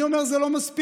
אני אומר: זה לא מספיק.